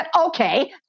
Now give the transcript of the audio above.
Okay